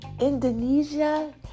Indonesia